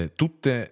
tutte